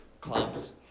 clubs